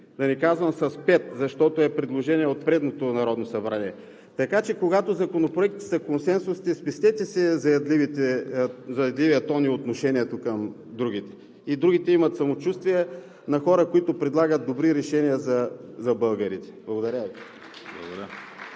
да не казвам с пет, защото е предложение от предното Народно събрание. Така че, когато законопроектите са консенсусни, спестете си заядливия тон и отношение към другите, а другите имат самочувствието на хора, които предлагат добри решения за българите. Благодаря